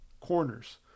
corners